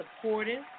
supportive